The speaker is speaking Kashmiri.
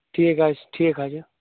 ٹھیٖک حظ چھِ ٹھیٖک حظ چھِ